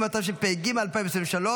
התשפ"ה 2024,